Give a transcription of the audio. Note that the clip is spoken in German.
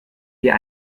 wir